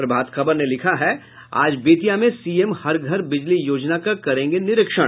प्रभात खबर ने लिखा है आज बेतिया में सीएम हर घर बिजली योजना का करेंगे निरीक्षण